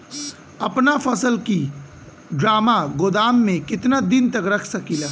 अपना फसल की ड्रामा गोदाम में कितना दिन तक रख सकीला?